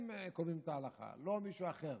הם קובעים את ההלכה, לא מישהו אחר.